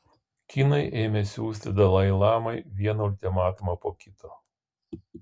kinai ėmė siųsti dalai lamai vieną ultimatumą po kito